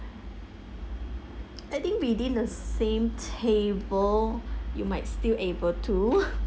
I think within the same table you might still able to